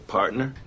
Partner